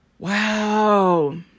Wow